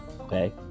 Okay